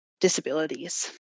disabilities